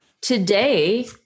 today